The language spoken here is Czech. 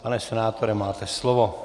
Pane senátore, máte slovo.